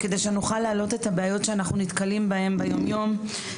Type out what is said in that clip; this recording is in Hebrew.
כדי שנוכל להעלות את הבעיות שאנחנו נתקלים בהן ביום יום,